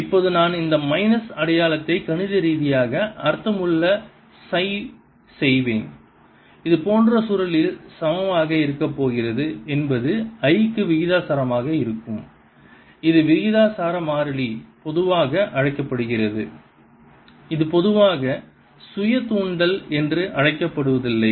இப்போது நான் இந்த மைனஸ் அடையாளத்தை கணித ரீதியாக அர்த்தமுள்ள சை செய்வேன் இதுபோன்ற சுருளில் சமமாக இருக்கப் போகிறது என்பது I க்கு விகிதாசாரமாக இருக்கும் இது விகிதாசார மாறிலி பொதுவாக அழைக்கப்படுகிறது இது பொதுவாக சுய தூண்டல் என்று அழைக்கப்படுவதில்லை